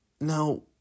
Now